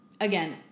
Again